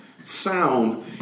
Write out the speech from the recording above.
sound